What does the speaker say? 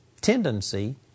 tendency